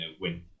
win